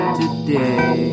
today